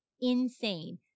insane